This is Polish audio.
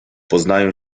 poznają